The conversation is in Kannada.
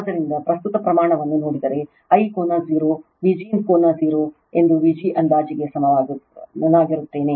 ಆದ್ದರಿಂದ ಪ್ರಸ್ತುತ ಪ್ರಮಾಣವನ್ನು ನೋಡಿದರೆ I ಕೋನ 0 Vg ಕೋನ 0 ಎಂದು Vg ಅಂದಾಜುಗೆ ಸಮನಾಗಿರುತ್ತೇನೆ